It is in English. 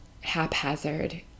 haphazard